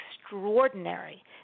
extraordinary